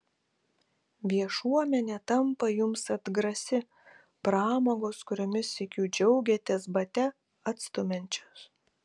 viešuomenė tampa jums atgrasi pramogos kuriomis sykiu džiaugėtės bate atstumiančios